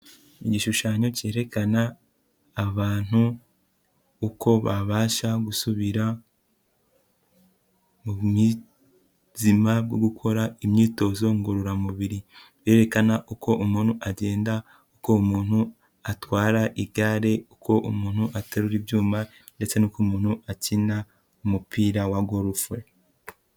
Igishushanyo kerekana abantu uko babasha gusubira mu buzima bwo gukora imyitozo ngororamubiri. Berekana uko umuntu agenda, uko umuntu atwara igare, uko umuntu aterura ibyuma ndetse n'uko umuntu akina umupira wa golf.